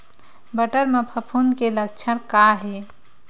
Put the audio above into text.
बटर म फफूंद के लक्षण का हे?